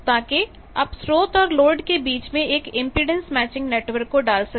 ताकि आप स्रोत और लोड के बीच में एक इंपेडेंस मैचिंग नेटवर्क को डाल सकें